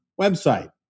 website